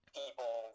people